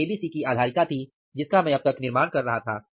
यह ABC की आधारिका थी जिसका मैं अब तक निर्माण कर रहा था